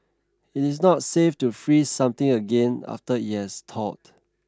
it is not safe to freeze something again after it has thawed